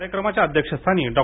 कार्यक्रमाच्या अध्यक्षस्थानी डॉ